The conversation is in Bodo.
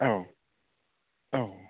औ औ